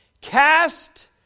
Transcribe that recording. Cast